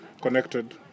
Connected